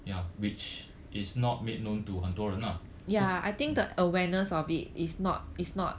ya which is not made known to 很多人啦 so